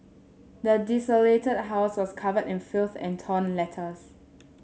the desolated house was covered in filth and torn letters